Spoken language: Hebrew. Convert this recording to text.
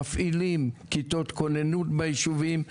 מפעילים כיתות כוננות ביישובים.